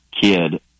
kid